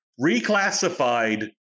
reclassified